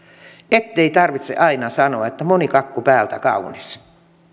ettei tarvitse aina sanoa että moni kakku päältä kaunis